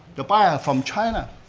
the buyer from china.